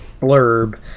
blurb